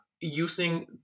using